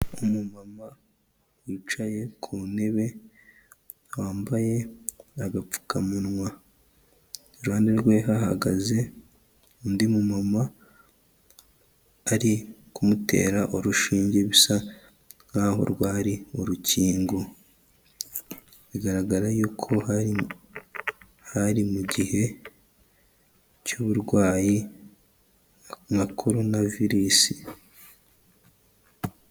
Umu mama wicaye ku ntebe wambaye agapfukamunwa, iruhande rwe hahagaze undi mu mama ari kumutera urushinge bisa nkaho rwari urukingo bigaragara yuko hari hari mu gihe cy'uburwayi nka corona virus.